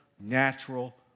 natural